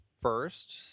first